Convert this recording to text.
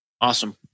Awesome